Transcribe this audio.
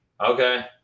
Okay